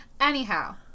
Anyhow